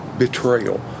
Betrayal